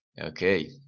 Okay